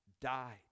died